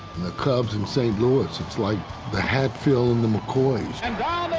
the cubs and st. louis, it's like the hatfield and the mccoys. and